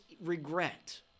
regret